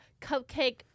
cupcake